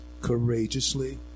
courageously